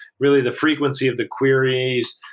really, the frequency of the queries.